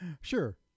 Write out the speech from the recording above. Sure